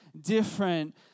different